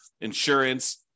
insurance